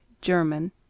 German